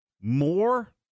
more